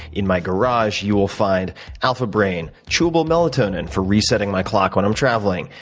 in my garage, you will find alpha brain, chewable melatonin for resetting my clock when i'm traveling.